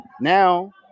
Now